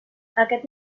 aquest